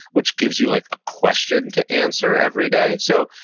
which gives you like a question to answer every day. so,